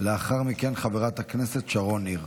לאחר מכן, חברת הכנסת שרון ניר.